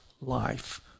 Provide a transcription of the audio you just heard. life